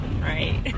right